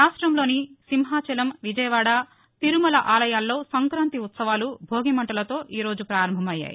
రాష్టంలోని సింహాచలం విజయవాడ తిరుమల ఆలయాల్లో సంక్రాంతి ఉత్సవాలు న్న భోగి మంటలతో ఈరోజు పారంభమయ్యాయి